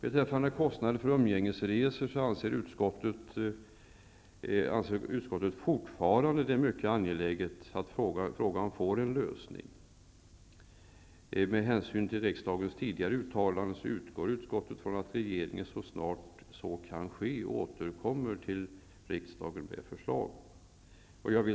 Utskottet anser fortfarande att det är mycket angeläget att frågan om kostnader för umgängesresor får en lösning. Med hänsyn till riksdagens tidigare uttalanden utgår utskottet från att regeringen så snart det kan ske återkommer till riksdagen med ett förslag.